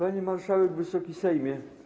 Pani Marszałek Wysoki Sejmie!